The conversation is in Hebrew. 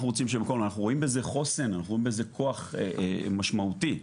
אנחנו רואים בזה חוסן, כוח משמעותי.